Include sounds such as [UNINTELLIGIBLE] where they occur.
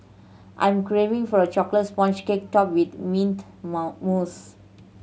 I'm craving for a chocolate sponge cake topped with mint [UNINTELLIGIBLE] mousse